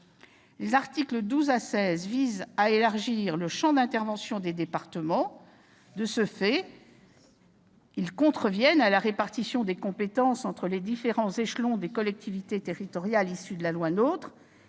Les articles 12 à 16 visent à élargir le champ d'intervention des départements. De ce fait, ils contreviennent à la répartition des compétences entre les différents échelons de collectivités territoriales issue de la loi NOTRe,